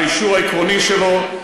על האישור העקרוני שלו.